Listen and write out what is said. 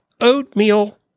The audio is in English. oatmeal